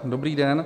Dobrý den.